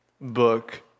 book